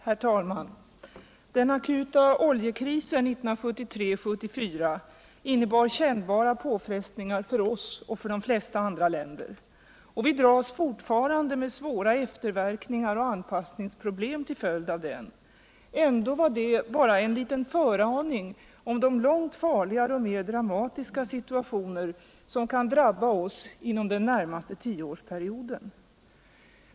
Herr talman! Den akuta oljekrisen 1973-1974 innebar kännbara påfrestningar för vårt land och de flesta andra länder. Vi dras fortfarande med svåra efterverkningar och anpassningsproblem till följd av den. Ändå var detta bara en föraning om de långt farligare och mer dramatiska situationer som kan drabba oss inom den närmaste tioårsperioden.